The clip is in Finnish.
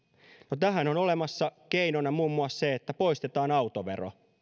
no tähän on olemassa keinona muun muassa se että poistetaan autovero